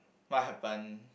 what happened